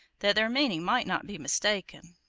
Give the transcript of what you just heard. that their meaning might not be mistaken.